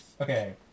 Okay